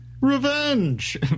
Revenge